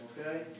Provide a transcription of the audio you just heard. Okay